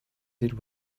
did